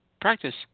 Practice